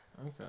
Okay